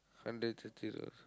hundred thirty dollars